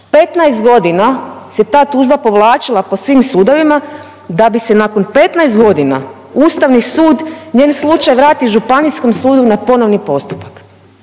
15 godina se ta tužba povlačila po svim sudovima, da bi se nakon 15 godina Ustavni sud, njen slučaj vrati Županijskom sudu na ponovni postupak.